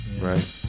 right